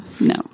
No